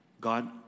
God